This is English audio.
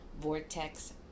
vortex